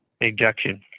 injection